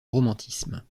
romantisme